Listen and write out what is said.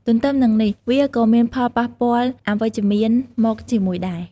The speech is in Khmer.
ទទ្ទឹមនឹងនេះ វាក៏មានផលប៉ះពាល់អវិជ្ជមាន មកជាមួយដែរ។